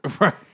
Right